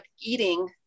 eating